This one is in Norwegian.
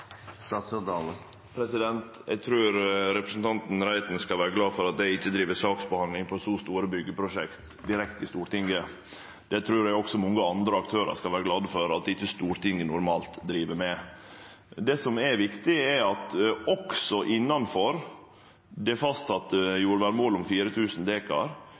Eg trur representanten Reiten skal vere glad for at eg ikkje driv med saksbehandling av så store byggjeprosjekt direkte i Stortinget. Det trur eg også mange andre aktørar skal vere glade for at Stortinget normalt ikkje driv med. Det som er viktig, er at det også innanfor det fastsette